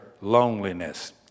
loneliness